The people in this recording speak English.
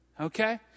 okay